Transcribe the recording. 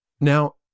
Now